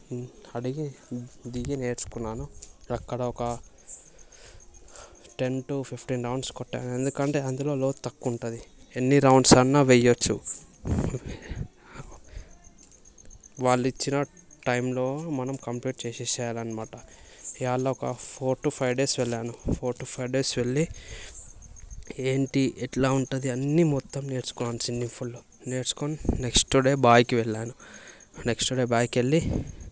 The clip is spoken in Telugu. అడిగి దిగి నేర్చుకున్నాను అక్కడ ఒక టెన్ టు ఫిఫ్టీన్ రౌండ్స్ కొట్టాను ఎందుకంటే అందులో లోతు తక్కువ ఉంటుంది ఎన్ని రౌండ్స్ అయినా వేయచ్చు వాళ్ళు ఇచ్చిన టైంలో మనం కంప్లీట్ చేసెయ్యాలి అన్నమాట ఇక అలా ఒక ఫోర్ టు ఫైవ్ డేస్ వెళ్ళాను ఫోర్ టు ఫైవ్ డేస్ వెళ్ళి ఏంటి ఎట్లా ఉంటుంది అన్ని మొత్తం నేర్చుకున్నాను సిమ్మింగ్ ఫూల్లో నేర్చుకొని నెక్స్ట్ డే బావికి వెళ్ళాను నెక్స్ట్ డే బావికి వెళ్ళి